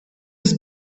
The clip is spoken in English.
his